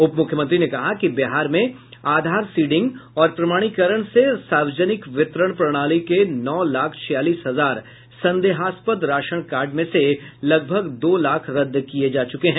उप मुख्यमंत्री ने कहा कि बिहार में आधार सिडिंग और प्रमाणीकरण से सार्वजनिक वितरण प्रणाली के नौ लाख छियालीस हजार संदेहास्पद राशन कार्ड में से लगभग दो लाख रद्द किये जा चुके हैं